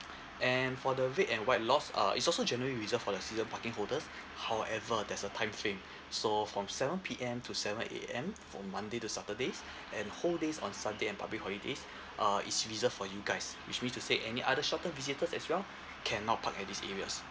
and for the red and white lots uh it's also generally reserved for the season parking holders however there's a time frame so from seven P_M to seven A_M from monday to saturdays and whole days on sunday and public holidays uh it's reserved for you guys which mean to say any other short term visitors as well cannot park at these areas